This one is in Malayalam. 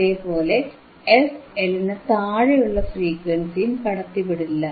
അതേപോലെ fL നു താഴെയുള്ള ഫ്രീക്വൻസിയും കടത്തിവിടില്ല